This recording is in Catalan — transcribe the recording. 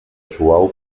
suau